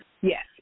Yes